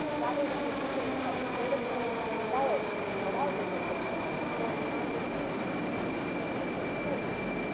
rather than reducing the site to data points, he embellished and filled out his depiction going beyond information to produce a sense of place.